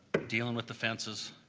dealing with the fences,